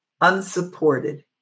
unsupported